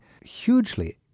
hugely